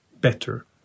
better